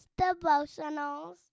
devotionals